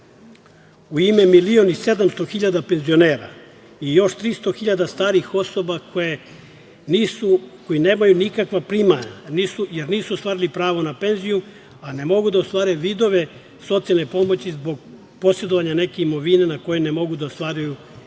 ime 1.700.000 penzionera i još 300.000 starih osoba koje nemaju nikakva primanja, jer nisu ostvarili pravo na penziju a ne mogu da ostvare vidove socijalne pomoći zbog posedovanja neke imovine na koju ne mogu da ostvaruju prihode